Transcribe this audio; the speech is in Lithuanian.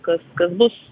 kas kas bus